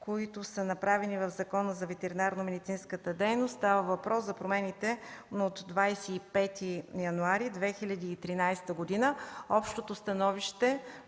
които са направени в Закона за ветеринарномедицинската дейност. Става въпрос за промените от 25 януари 2013 г. Общото становище